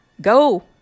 go